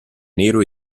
nero